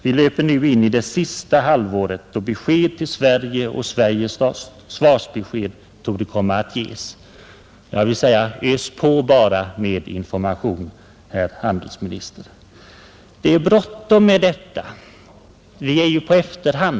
Vi löper nu in i det sista halvåret då besked till Sverige och Sveriges svarsbesked torde komma att ges. Jag vill säga: Ös på bara med information, ös på herr handelsminister! Det är bråttom med detta.